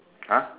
!huh!